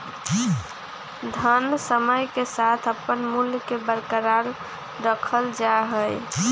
धन समय के साथ अपन मूल्य के बरकरार रखल जा हई